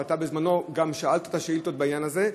ואתה בזמנך גם שאלת את השאילתות בעניין הזה.